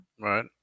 Right